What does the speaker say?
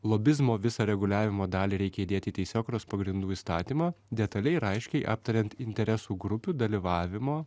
lobizmo visą reguliavimo dalį reikia įdėti į teisėkūros pagrindų įstatymą detaliai ir aiškiai aptariant interesų grupių dalyvavimo